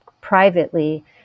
privately